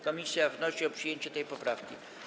Komisja wnosi o przyjęcie tej poprawki.